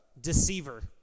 Deceiver